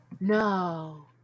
No